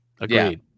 Agreed